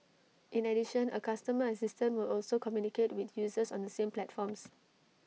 in addition A customer assistant will also communicate with users on the same platforms